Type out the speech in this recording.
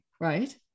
right